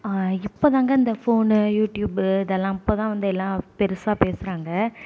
இப்போதாங்க இந்த phone YouTube இதெலாம் இப்போதான் வந்து எல்லாம் பெருசாக பேசுகிறாங்க